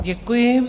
Děkuji.